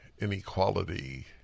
inequality